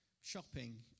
shopping